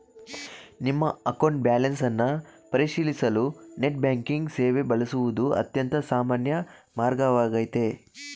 ನಿಮ್ಮ account balance ಅನ್ನ ಪರಿಶೀಲಿಸಲು ನೆಟ್ ಬ್ಯಾಂಕಿಂಗ್ ಸೇವೆ ಬಳಸುವುದು ಅತ್ಯಂತ ಸಾಮಾನ್ಯ ಮಾರ್ಗವಾಗೈತೆ